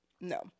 no